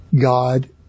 God